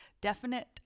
Definite